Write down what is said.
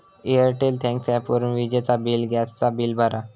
Airtel thanks ॲपवरून विजेचा bill, gas चा बिल भरा